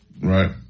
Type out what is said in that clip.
Right